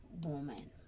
woman